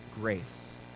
grace